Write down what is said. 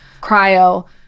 cryo